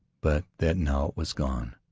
but that now it was gone,